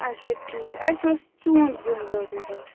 اَچھا ٹھیٖک اَسہِ اوس ژوٗنٛٹھۍ زیُن ضٔروٗرَت